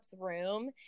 room